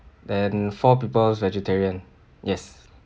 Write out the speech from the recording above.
and four people's vegetarian yes